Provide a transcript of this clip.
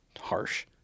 harsh